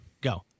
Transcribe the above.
Go